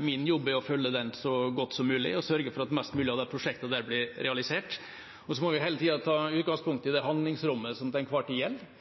Min jobb er å følge den så godt som mulig og sørge for at mest mulig av prosjektene der blir realisert. Så må vi hele tiden ta utgangspunkt i det handlingsrommet som til enhver tid